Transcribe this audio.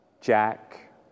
Jack